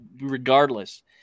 regardless